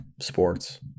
sports